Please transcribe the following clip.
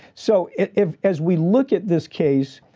so if as we look at this case,